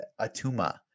Atuma